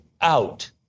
out